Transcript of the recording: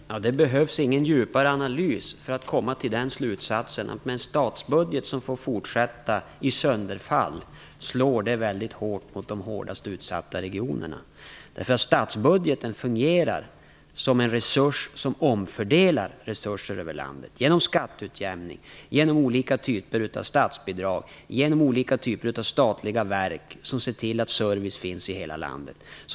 Fru talman! Det behövs ingen djupare analys för att komma till den slutsatsen. En statsbudget som får fortsätta i sönderfall slår mycket hårt mot de värst utsatta regionerna. Statsbudgeten fungerar som en resurs som omfördelar resurser över landet genom skatteutjämning, olika typer av statsbidrag och olika typer av statliga verk som ser till att det finns service i hela landet.